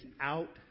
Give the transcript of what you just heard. out